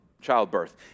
childbirth